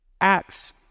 Acts